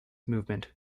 movement